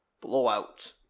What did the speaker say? Blowout